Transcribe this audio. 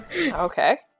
Okay